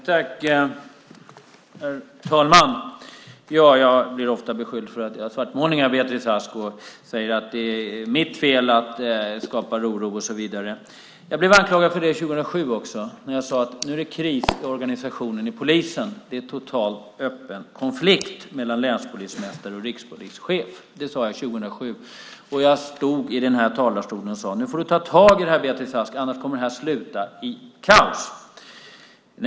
Herr talman! Jag blir ofta beskylld av Beatrice Ask för att göra svartmålningar. Hon säger att det är mitt fel att det skapas oro. Jag blev anklagad för det 2007 också, när jag sade att det var kris i polisens organisation. Det är en totalt öppen konflikt mellan länspolismästare och rikspolischef, sade jag 2007. Jag stod i den här talarstolen och sade: Nu får du ta tag i det här, Beatrice Ask, annars kommer det här att sluta i kaos!